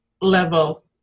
level